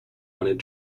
wanted